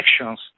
actions